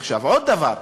עוד דבר,